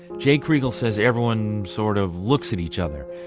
jay kriegel says everyone sort of looks at each other.